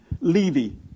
Levy